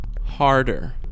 harder